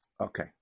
Okay